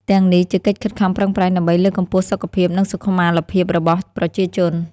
ទាំងនេះជាកិច្ចខិតខំប្រឹងប្រែងដើម្បីលើកកម្ពស់សុខភាព និងសុខុមាលភាពរបស់ ប្រជាជន។